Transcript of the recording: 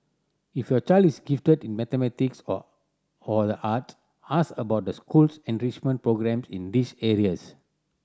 if your child is gifted in mathematics or or the art ask about the school's enrichment programme in these areas